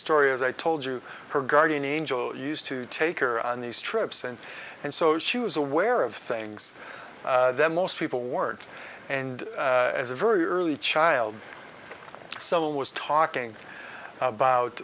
story as i told you her guardian angel used to take her on these trips and and so choose aware of things that most people weren't and as a very early child someone was talking about